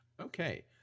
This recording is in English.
Okay